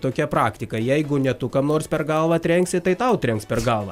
tokia praktika jeigu ne tu kam nors per galvą trenksi tai tau trenks per galvą